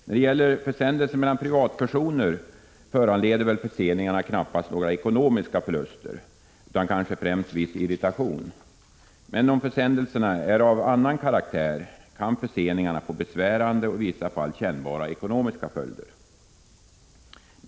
När det gäller försändelser mellan privatpersoner föranleder väl förseningarna knappast några ekonomiska förluster, men väl viss irritation. Men om försändelserna är av annan karaktär kan förseningarna få besvärande och ibland mycket kännbara ekonomiska följder.